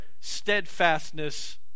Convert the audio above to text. steadfastness